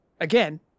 again